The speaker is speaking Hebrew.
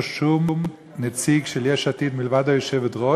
שום נציג של יש עתיד מלבד היושבת-ראש,